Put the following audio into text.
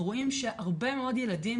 ואנחנו רואים שהרבה מאוד ילדים,